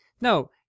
No